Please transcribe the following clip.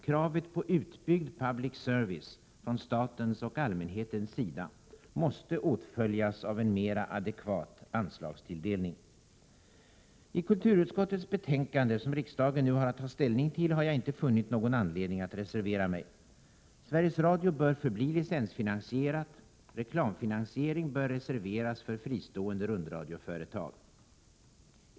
Kravet på utbyggd s.k. public service från statens och allmänhetens sida måste åtföljas av en mera adekvat anslagstilldelning. Beträffande kulturutskottets betänkande som riksdagen nu har att ta ställning till har jag inte funnit någon anledning att reservera mig. Sveriges Radio bör förbli licensfinansierat — reklamfinansiering bör reserveras för fristående rundradioföretag.